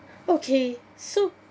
okay so